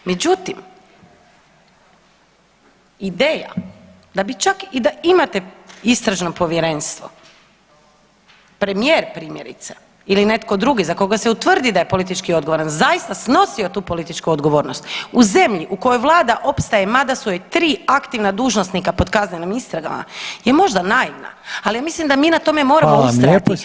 Međutim, ideja da bi čak i da imate istražno povjerenstvo premijer primjerice ili netko drugi za koga se utvrdi da je politički odgovoran zaista snosio tu političku odgovornost u zemlji u kojoj vlada opstaje mada su joj tri aktivna dužnosnika pod kaznenim istragama je možda naivna, ali misli da mi na tome moramo ustrajati